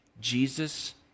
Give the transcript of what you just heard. Jesus